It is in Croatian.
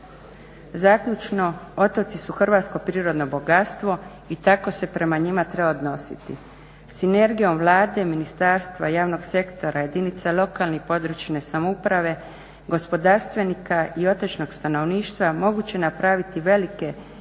Zaključno, otoci su hrvatsko prirodno bogatstvo i tako se prema njima treba odnositi. Sinergijom Vlade, ministarstva, javnog sektora, jedinica lokalne i područne samouprave, gospodarstvenika i otočnog stanovništva moguće je napraviti velike iskorake,